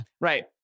Right